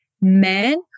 men